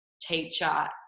teacher